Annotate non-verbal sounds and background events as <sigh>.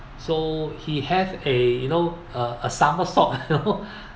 so he have a you know a a somersault <laughs> you know